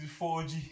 4G